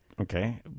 okay